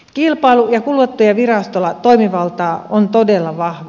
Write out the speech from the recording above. kilpailu ja kuluttajaviraston toimivalta on todella vahva